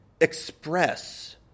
express